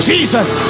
Jesus